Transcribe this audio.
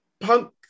Punk